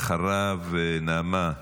אחריו, נעמה,